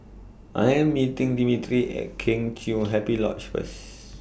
I Am meeting Dimitri At Kheng Chiu Happy Lodge First